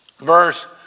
verse